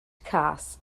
cas